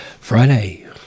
Friday